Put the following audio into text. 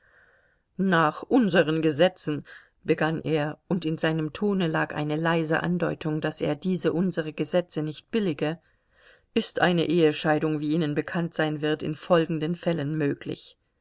nach unseren gesetzen begann er und in seinem tone lag eine leise andeutung daß er diese unsere gesetze nicht billige ist eine ehescheidung wie ihnen bekannt sein wird in folgenden fällen möglich